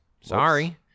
sorry